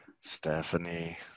Stephanie